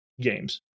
games